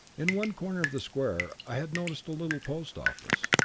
in one corner of the square i had noticed a little post office.